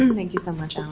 um thank you so much, alan.